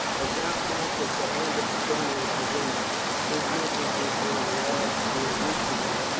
i doubt not that the hand of petronius is in this his messengers would have arrived here weeks ago,